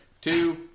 two